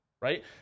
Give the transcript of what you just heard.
Right